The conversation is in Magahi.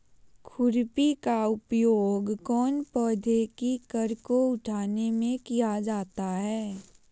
खुरपी का उपयोग कौन पौधे की कर को उठाने में किया जाता है?